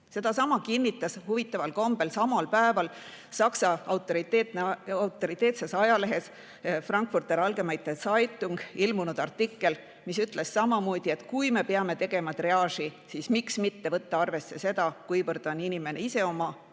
Sedasama kinnitas huvitaval kombel samal päeval Saksa autoriteetses ajalehes Frankfurter Allgemeine Zeitung ilmunud artikkel, kus öeldi, et kui me peame tegema triaaži, siis miks mitte võtta arvesse seda, kui palju on inimene ise oma